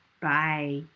Bye